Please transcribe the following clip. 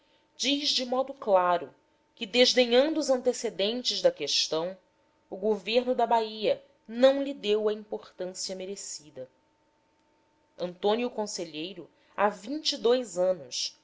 diz de modo claro que desdenhando os antecedentes da questão o governo da bahia não lhe deu a importância merecida antônio conselheiro há vinte e dous anos